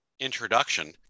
introduction